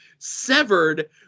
severed